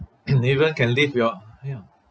and even can live your you know